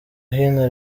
hino